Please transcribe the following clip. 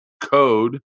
code